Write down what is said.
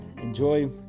enjoy